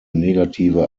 negative